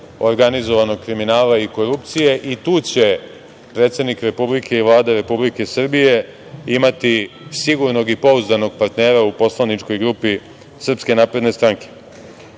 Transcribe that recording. organizovanog kriminala i korupcije i tu će predsednik Republike i Vlada Republike Srbije imati sigurnog i pouzdanog partnera u poslaničkoj grupi SNS.Četvrti,